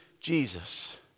Jesus